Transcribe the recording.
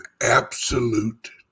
absolute